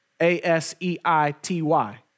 A-S-E-I-T-Y